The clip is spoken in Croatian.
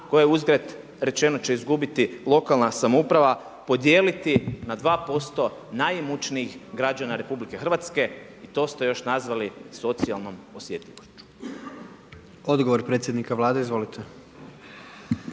koje uzgred rečeno će izgubiti lokalna samouprava, podijeliti na 2% najimućnijih građana RH i to ste još nazvali socijalnom osjetljivošću. **Jandroković, Gordan